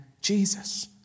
Jesus